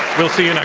we'll see and